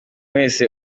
wese